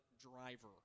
driver